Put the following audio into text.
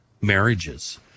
marriages